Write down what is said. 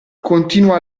continua